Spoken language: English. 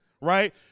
right